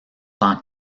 tant